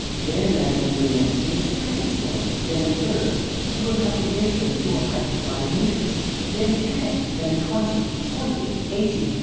then imagine doing this with a second stone, then a third you will have to raise them to a height of five meters then ten, then twenty, forty, eighty,